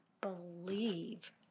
believe